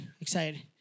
excited